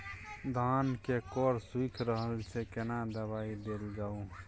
धान के कॉर सुइख रहल छैय केना दवाई देल जाऊ?